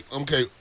Okay